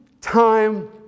time